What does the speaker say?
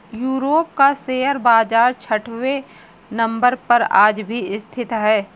Europe का share बाजार छठवें नम्बर पर आज भी स्थित है